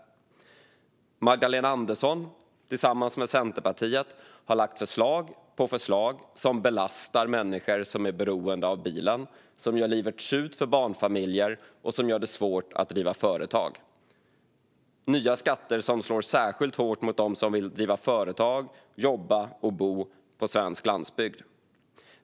Magdalena Andersson har tillsammans med Centerpartiet lagt fram förslag på förslag som belastar människor som är beroende av bilen, som gör livet surt för barnfamiljer och som gör det svårt att driva företag. Det är nya skatter som slår särskilt hårt mot dem som vill driva företag, jobba och bo på svensk landsbygd.